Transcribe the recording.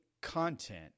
content